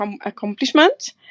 accomplishment